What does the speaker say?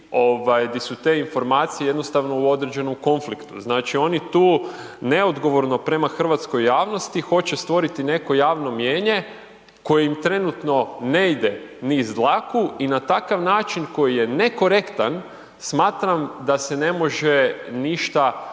su te informacije jednostavno u određenom konfliktu. Znači, oni tu neodgovorno prema hrvatskoj javnosti hoće stvoriti neko javno mnijenje koje im trenutno ne ide niz dlaku i na takav način koji je nekorektan smatram da se ne može ništa